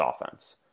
offense